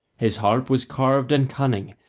his harp was carved and cunning,